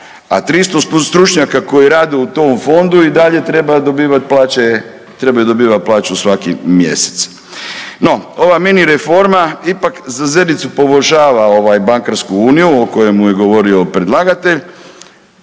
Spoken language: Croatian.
a 300 stručnjaka koji rade u tom Fondu i dalje treba dobivati plaće, trebaju dobivati plaću svaki mjesec. No, ova minireforma ipak za zericu poboljšava ovaj Bankarsku uniju o kojemu je govorio predlagatelj.